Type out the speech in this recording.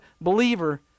believer